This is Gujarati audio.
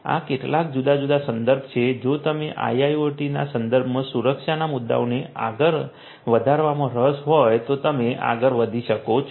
આ કેટલાક જુદા જુદા સંદર્ભો છે જો તમને આઈઆઈઓટી ના સંદર્ભમાં સુરક્ષાના મુદ્દાઓને આગળ વધારવામાં રસ હોય તો તમે આગળ વધી શકો છો